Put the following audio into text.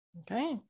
Okay